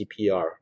CPR